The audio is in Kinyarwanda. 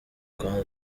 kandi